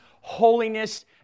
holiness